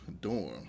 dorm